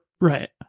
Right